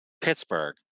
Pittsburgh